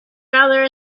rather